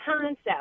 concept